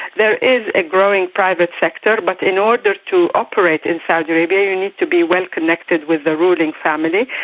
there is a growing private sector, but in order to operate in saudi arabia are you need to be well connected with the ruling family,